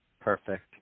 perfect